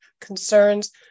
concerns